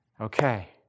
Okay